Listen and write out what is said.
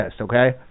okay